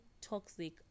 toxic